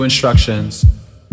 instructions